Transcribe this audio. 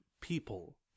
people